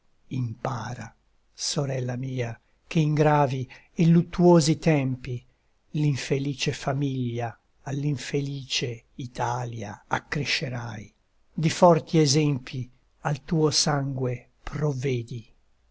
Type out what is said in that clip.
impara sorella mia che in gravi e luttuosi tempi l'infelice famiglia all'infelice italia accrescerai di forti esempi al tuo sangue provvedi